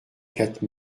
quatre